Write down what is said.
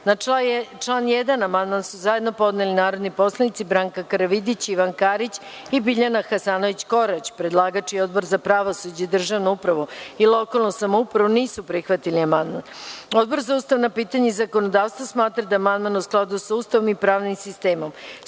amandman. Na član 1. amandman su zajedno podneli narodni poslanici Branka Karavidić, Ivan Karić i Biljana Hasanović – Korać. Predlagač i Odbor za pravosuđe, državnu upravu i lokalnu samoupravu nisu prihvatili amandman. Odbor za ustavna pitanja i zakonodavstvo smatra da je amandman u skladu sa Ustavom i pravnim sistemom. Stavljam